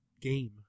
game